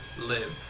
live